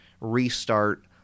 restart